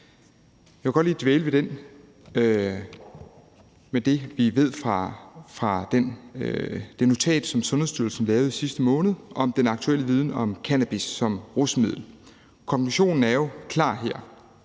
Jeg vil godt lige dvæle ved det, vi ved fra det notat, som Sundhedsstyrelsen lavede i sidste måned om den aktuelle viden om cannabis som rusmiddel. Konklusionen er jo klar her: